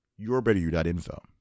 YourBetterYou.info